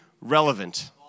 relevant